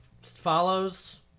follows